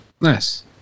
Nice